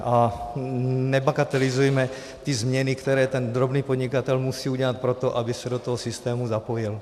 A nebagatelizujme ty změny, které ten drobný podnikatel musí udělat pro to, aby se do toho systému zapojil.